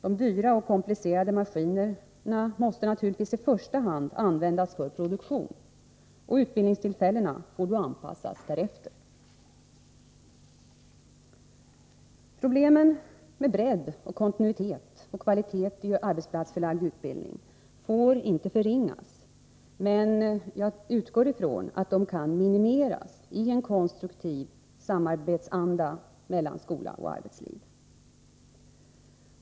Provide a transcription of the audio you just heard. De dyra och komplicerade maskinerna måste naturligtvis i första hand användas för produktion. Utbildningstillfällena får då anpassas därefter. Problemen med bredd, kontinuitet och kvalitet i arbetsplatsförlagd utbildning får inte förringas, men jag utgår från att de kan minimeras, om det finns en konstruktiv anda i samarbetet mellan skola och arbetsliv.